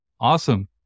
Awesome